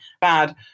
bad